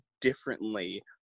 differently